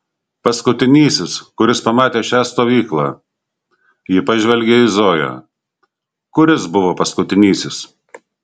paskutinysis kuris pamatė šią stovyklą ji pažvelgė į zoją kuris buvo paskutinysis